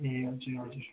ए हजुर हजुर